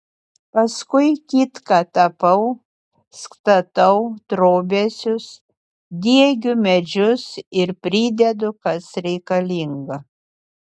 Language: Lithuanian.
paskui kitką tapau statau trobesius diegiu medžius ir pridedu kas reikalinga